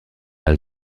pas